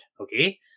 Okay